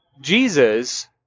Jesus